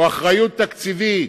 או אחריות תקציבית,